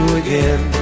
again